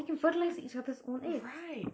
you can fertilize each other's own eggs